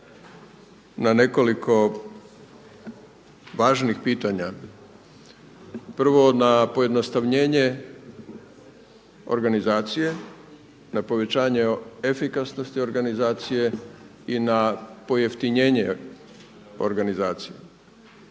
na nekoliko važnih pitanja. Prvo, na pojednostavnjenje organizacije, na povećanje efikasnosti organizacije i na pojeftinjenje organizacije,